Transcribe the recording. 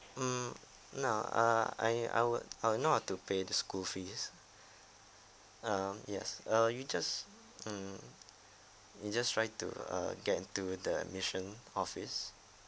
mm nah err I I would know how to pay the school fees um yes uh you just mm you just try to uh get into the admissions office